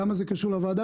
למה זה קשור לוועדה?